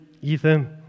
Ethan